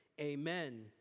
amen